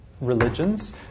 religions